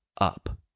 up